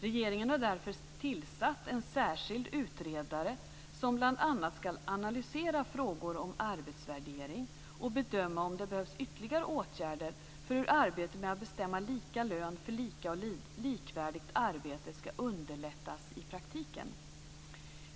Regeringen har därför tillsatt en särskild utredare som bl.a. skall analysera frågor om arbetsvärdering och bedöma om det behövs ytterligare åtgärder för hur arbetet med att bestämma lika lön för lika och likvärdigt arbete skall underlättas i praktiken.